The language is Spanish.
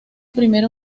primera